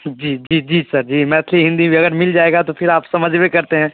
जी जी जी सर जी मैथली हिंदी भी अगर मिल जाएगा तो फिर आप समझबे करते हैं